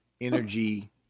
energy